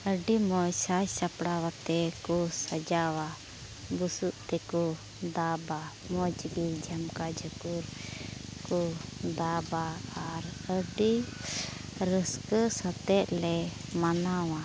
ᱟᱹᱰᱤ ᱢᱚᱡᱽ ᱥᱟᱡᱽ ᱥᱟᱯᱲᱟᱣ ᱠᱟᱛᱮᱫ ᱠᱚ ᱥᱟᱡᱟᱣᱟ ᱵᱚᱥᱩᱵ ᱛᱮᱠᱚ ᱫᱟᱵᱽᱼᱟ ᱢᱚᱡᱽ ᱜᱮ ᱡᱷᱟᱢᱠᱟ ᱡᱷᱟᱹᱠᱩᱨ ᱠᱚ ᱫᱟᱵᱽᱼᱟ ᱟ ᱟᱹᱰᱤ ᱨᱟᱹᱥᱠᱟᱹ ᱥᱟᱛᱮᱜ ᱞᱮ ᱢᱟᱱᱟᱣᱟ